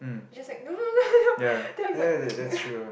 you just like no no no no then I'm like